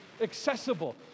accessible